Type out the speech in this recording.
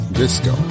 disco